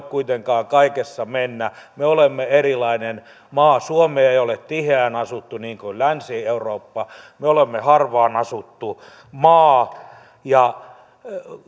kuitenkaan kaikessa mennä me olemme erilainen maa suomi ei ole tiheään asuttu niin kuin länsi eurooppa me olemme harvaan asuttu maa ja